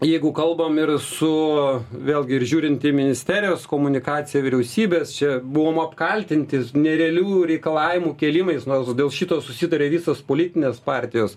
jeigu kalbam ir su vėlgi ir žiūrint į ministerijos komunikaciją vyriausybės čia buvom apkaltinti nerealių reikalavimų kėlimais nors dėl šito susitarė visos politinės partijos